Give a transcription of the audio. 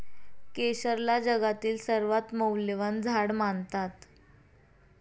केशरला जगातील सर्वात मौल्यवान झाड मानतात